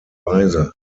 weise